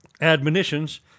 admonitions